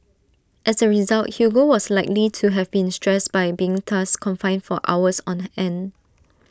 as A result Hugo was likely to have been stressed by being thus confined for hours on end